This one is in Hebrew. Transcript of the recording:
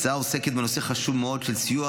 ההצעה עוסקת בנושא חשוב מאוד של סיוע